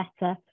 better